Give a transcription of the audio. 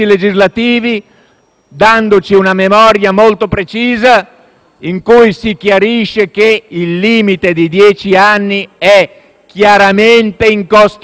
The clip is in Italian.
dandoci una memoria molto precisa in cui si chiarisce che il limite dei dieci anni è chiaramente incostituzionale.